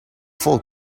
full